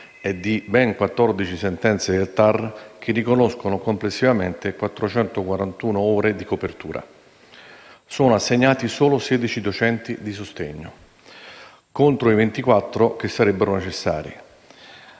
e di ben 14 sentenze del TAR che riconoscono complessivamente 441 ore di copertura, sono assegnati solo 16 docenti di sostegno contro i 24 che sarebbero necessari